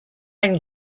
and